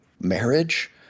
marriage